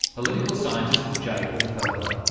political scientist jay ulfelder.